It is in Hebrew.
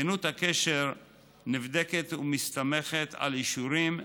כנות הקשר נבדקת ומסתמכת על אישורים,